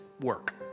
work